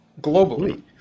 globally